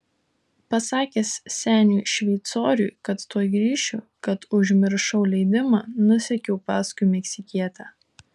pasakęs seniui šveicoriui kad tuoj grįšiu kad užmiršau leidimą nusekiau paskui meksikietę